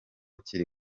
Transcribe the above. kiri